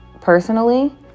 personally